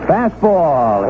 Fastball